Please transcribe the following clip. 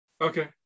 Okay